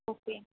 okay